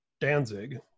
Danzig